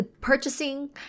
purchasing